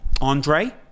Andre